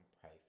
pray